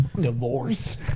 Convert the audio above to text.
Divorce